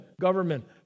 government